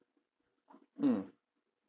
mm